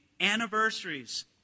anniversaries